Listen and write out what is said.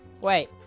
Wait